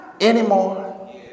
anymore